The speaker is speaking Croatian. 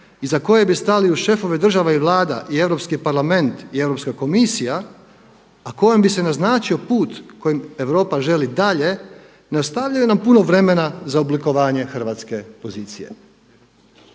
iza koje bi stali uz šefove država i vlada i Europski parlament i Europska komisija, a kojom bi se naznačio put kojim Europa želi dalje, ne ostavljaju nam puno vremena za oblikovanje hrvatske pozicije.